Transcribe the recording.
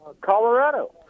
Colorado